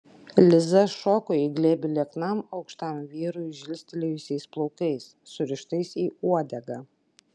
liza šoko į glėbį lieknam aukštam vyrui žilstelėjusiais plaukais surištais į uodegą